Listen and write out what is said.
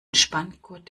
spanngurt